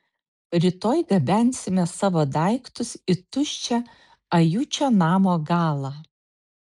rytoj gabensime savo daiktus į tuščią ajučio namo galą